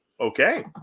okay